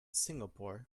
singapore